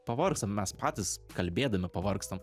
pavargsta mes patys kalbėdami pavargstam